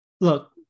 look